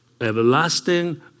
everlasting